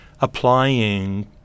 applying